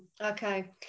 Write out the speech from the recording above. Okay